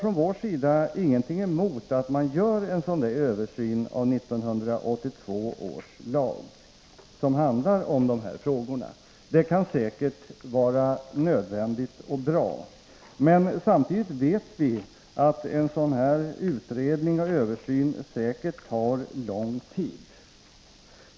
Från vår sida har vi ingenting emot att det görs en sådan översyn av 1982 års lag om de här frågorna, det kan vara nödvändigt och bra. Men vi vet att en översyn säkert skulle komma att ta lång tid.